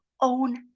own